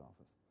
office